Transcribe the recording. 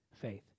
faith